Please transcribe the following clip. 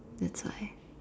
that's why